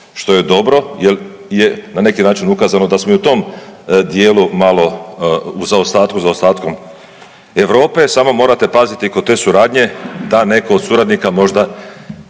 što je dobro, jer je na neki način ukazano da smo i u tom dijelu malo u zaostatku za ostatkom Europe, samo morate paziti kod te suradnje da netko od suradnika možda